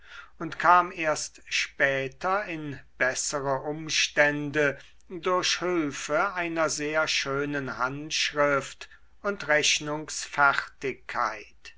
und kam erst später in bessere umstände durch hülfe einer sehr schönen handschrift und